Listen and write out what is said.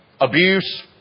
abuse